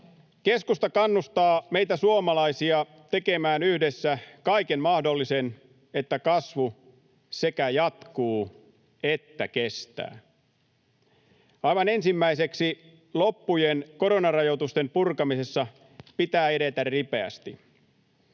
Keskusta kannustaa meitä suomalaisia tekemään yhdessä kaiken mahdollisen, että kasvu sekä jatkuu että kestää. Aivan ensimmäiseksi loppujen koronarajoitusten purkamisessa pitää edetä ripeästi.